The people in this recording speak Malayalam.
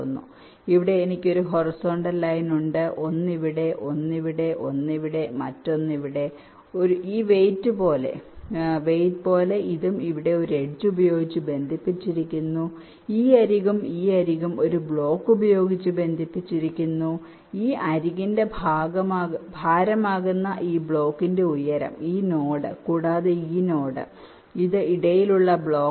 എനിക്ക് ഇവിടെ ഒരു ഹൊറിസോണ്ടൽ ലൈൻ ഉണ്ട് ഒന്ന് ഇവിടെ ഒന്ന് ഇവിടെ ഒന്ന് ഇവിടെ മറ്റൊന്ന് ഈ വെയിറ്റ് പോലെ വെയിറ്റ് പോലെ ഇതും ഇവിടെയും ഒരു എഡ്ജ് ഉപയോഗിച്ച് ബന്ധിപ്പിച്ചിരിക്കുന്നു ഈ അരികും ഈ അരികും ഒരു ബ്ലോക്ക് ഉപയോഗിച്ച് ബന്ധിപ്പിച്ചിരിക്കുന്നു ഈ അരികിന്റെ ഭാരമാകുന്ന ഈ ബ്ലോക്കിന്റെ ഉയരം ഈ നോഡ് കൂടാതെ ഈ നോഡ് ഇത് ഇടയിലുള്ള ബ്ലോക്ക് ആണ്